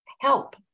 help